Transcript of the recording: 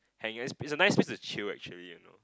I guess it's a nice place to chill actually you know